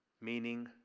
meaning